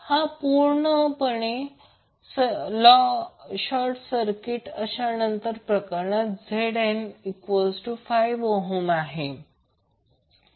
हा लेग पूर्णपणे short circuit नंतर अशा प्रकरणात ZN5 आहे